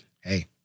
Hey